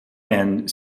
and